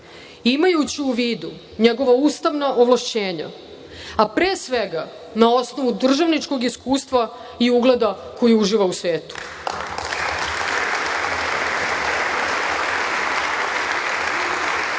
imajući u vidu njegova ustavna ovlašćenja, a pre svega na osnovu državničkog iskustva i ugleda koji uživa u